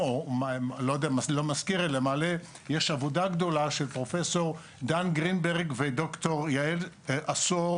יש עבודה גדולה של פרופ' דן גרינברג וד"ר יעל עשור